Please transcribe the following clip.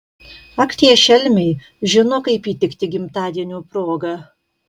ak tie šelmiai žino kaip įtikti gimtadienio proga